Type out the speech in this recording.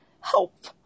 help